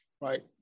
right